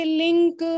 link